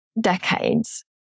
decades